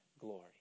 glory